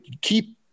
keep